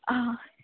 आ